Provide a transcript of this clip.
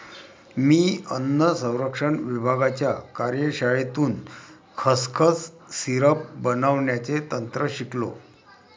मी अन्न संरक्षण विभागाच्या कार्यशाळेतून खसखस सिरप बनवण्याचे तंत्र शिकलो